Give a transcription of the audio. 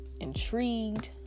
intrigued